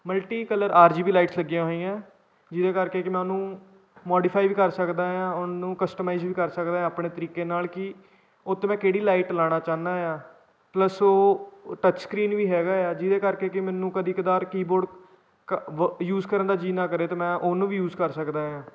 multi colour R G B lights ਲੱਗੀਆਂ ਹੋਈਆਂ ਜਿਹਦੇ ਕਰਕੇ ਕਿ ਮੈਂ ਉਹਨੂੰ ਮੋਡੀਫਾਈ ਵੀ ਕਰ ਸਕਦਾ ਹਾਂ ਉਹਨੂੰ ਕਸਟਮਾਈਜ਼ ਵੀ ਕਰ ਸਕਦਾ ਆਪਣੇ ਤਰੀਕੇ ਨਾਲ ਕਿ ਉਹਤੇ ਮੈਂ ਕਿਹੜੀ ਲਾਈਟ ਲਗਾਉਣਾ ਚਾਹੁੰਦਾ ਹਾਂ ਪਲੱਸ ਉਹ ਟੱਚ ਸਕਰੀਨ ਵੀ ਹੈਗਾ ਆ ਜਿਹਦੇ ਕਰਕੇ ਕਿ ਮੈਨੂੰ ਕਦੇ ਕਦਾਰ ਕੀਬੋਰਡ ਯੂਜ ਕਰਨ ਦਾ ਜੀਅ ਨਾ ਕਰੇ ਤਾਂ ਮੈਂ ਉਹਨੂੰ ਵੀ ਯੂਜ ਕਰ ਸਕਦਾ ਹਾਂ